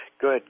Good